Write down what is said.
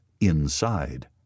inside